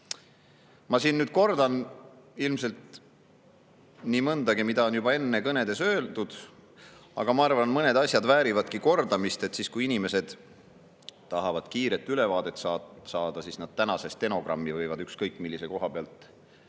Ma siin nüüd kordan ilmselt nii mõndagi, mida on juba enne kõnedes öeldud, aga ma arvan, et mõned asjad väärivadki kordamist. Kui inimesed tahavad kiiret ülevaadet saada, siis nad tänase stenogrammi võivad ükskõik millise koha pealt lahti